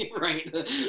Right